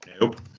nope